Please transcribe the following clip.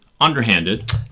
underhanded